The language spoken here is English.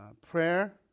prayer